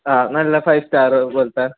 ആ നല്ല five star പോലത്തെ